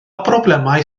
broblemau